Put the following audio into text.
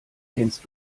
kennst